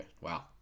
Wow